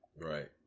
Right